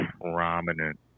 prominent